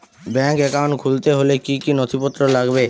Bank account খুলতে হলে কি কি নথিপত্র লাগবে?